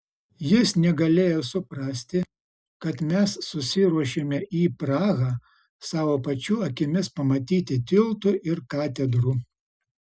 jis negalėjo suprasti kad mes susiruošėme į prahą savo pačių akimis pamatyti tiltų ir katedrų